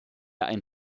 ein